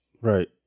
Right